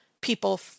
people